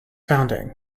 founding